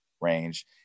range